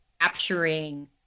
capturing